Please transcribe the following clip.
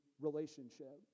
relationship